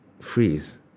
freeze